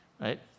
right